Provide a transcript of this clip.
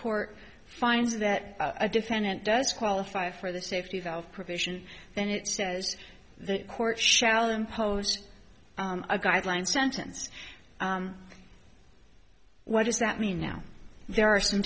court finds that a defendant does qualify for the safety valve provision then it says the court shall impose a guideline sentence what does that mean now there are some